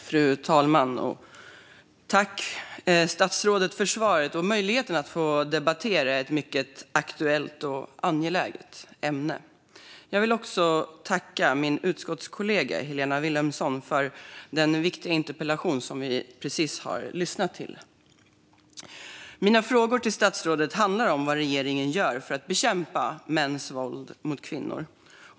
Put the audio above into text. Fru talman! Tack, statsrådet, för svaret och för möjligheten att debattera ett mycket aktuellt och angeläget ämne! Jag vill också tacka min utskottskollega Helena Vilhelmsson för den viktiga interpellation som vi precis hörde debatteras. Mina frågor till statsrådet handlar om vad regeringen gör för att bekämpa mäns våld mot kvinnor.